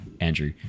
Andrew